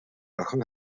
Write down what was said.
охин